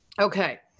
okay